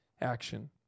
action